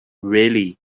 really